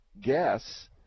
guess